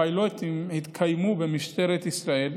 הפיילוטים התקיימו במשטרת ישראל,